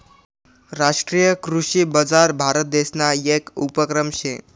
राष्ट्रीय कृषी बजार भारतदेसना येक उपक्रम शे